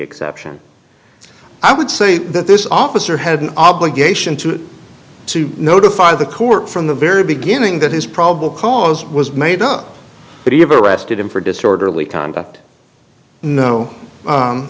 exception i would say that this officer had an obligation to to notify the court from the very beginning that his probable cause was made up but even arrested him for disorderly conduct no